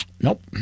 Nope